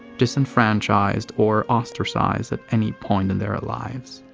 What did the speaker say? disenfranchised or ostracized at any point in their ah lives.